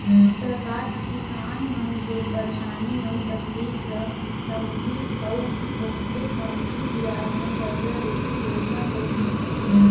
सरकार ह किसान मन के परसानी अउ तकलीफ ल समझिस अउ बहुते कमती बियाज म करजा दे के योजना लइस